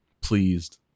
pleased